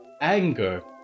anger